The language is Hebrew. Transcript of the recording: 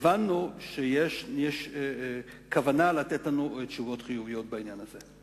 הבנו שיש כוונה לתת לנו תשובות חיוביות בעניין הזה.